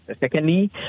Secondly